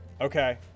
okay